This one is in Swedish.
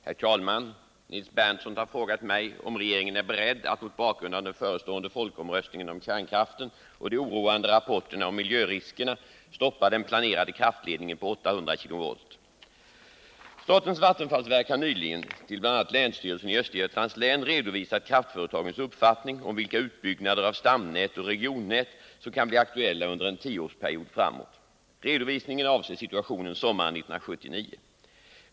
Herr talman! Nils Berndtson har frågat mig om regeringen är beredd att mot bakgrund av den förestående folkomröstningen om kärnkraften och de oroande rapporterna om miljöriskerna stoppa den planerade kraftledningen på 800 kV. Statens vattenfallsverk har nyligen till bl.a. länsstyrelsen i Östergötlands län redovisat kraftföretagens uppfattning om vilka utbyggnader av stamnät och regionnät som kan bli aktuella under en tioårsperiod framåt. Redovisningen avser situationen sommaren 1979.